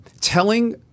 telling